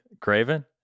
craven